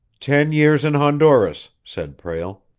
ten years in honduras, said prale.